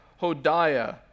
Hodiah